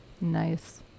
Nice